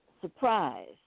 Surprise